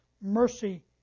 mercy